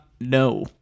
No